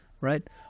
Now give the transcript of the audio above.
right